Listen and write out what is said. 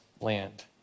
land